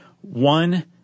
one